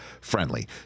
friendly